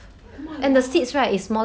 oh my lord